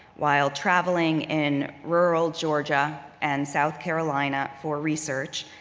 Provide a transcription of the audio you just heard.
while traveling in rural georgia and south carolina for research,